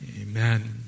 Amen